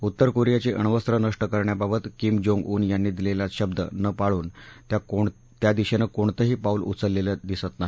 उत्तर कोरियाची अण्वस्त्रं नष्ट करण्याबाबत किम जोंग उन् यांनी दिलेला शब्द न पाळून त्या दिशेनं कोणतंही पाऊल उचललेलं दिसत नाही